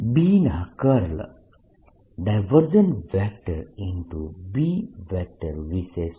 B ના curl B વિષે શું